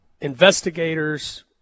investigators